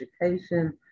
education